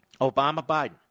Obama-Biden